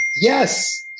yes